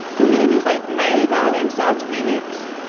communities like maryvale and south phoenix.